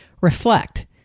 reflect